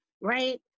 right